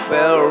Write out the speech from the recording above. Bell